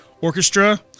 orchestra